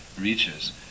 reaches